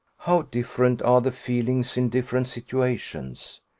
how different are the feelings in different situations!